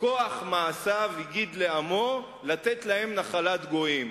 "כוח מעשיו הגיד לעמו, לתת להם נחלת גויים".